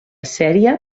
sèrie